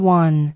one